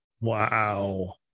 Wow